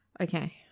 Okay